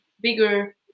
bigger